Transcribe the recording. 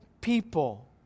people